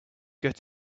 good